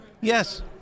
Yes